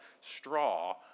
straw